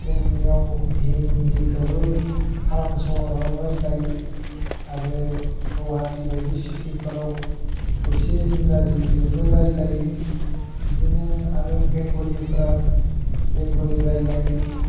जोंनियाव हिन्दीखौबो टाउन सहराव रायज्लायो आरो गुवाहाटि बायदि सिटिफोराव खायसे इंराजिजोंबो रायज्लायो बिदिनो आरो बेंगलिफ्रा बेंगलि रायज्लायो